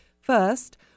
First